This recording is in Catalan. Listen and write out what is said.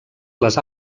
les